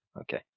Okay